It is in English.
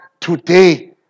today